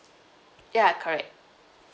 ya correct